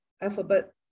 alphabet